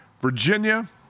Virginia